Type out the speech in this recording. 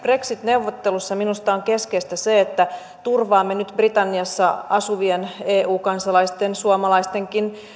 brexit neuvottelussa minusta on keskeistä se että turvaamme nyt britanniassa asuvien eu kansalaisten suomalaistenkin